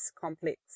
complex